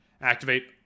Activate